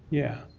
yeah.